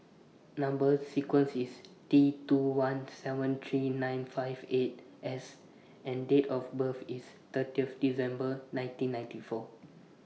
Number sequence IS T two one seven three nine five eight S and Date of birth IS thirty December nineteen ninety four